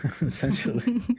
Essentially